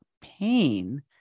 pain